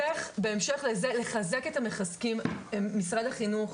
בהמשך לזה, לחזק את המחזקים, משרד החינוך